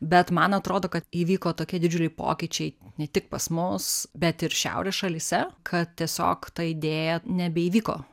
bet man atrodo kad įvyko tokie didžiuliai pokyčiai ne tik pas mus bet ir šiaurės šalyse kad tiesiog ta idėja nebeįvyko